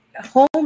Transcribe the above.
home